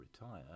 retire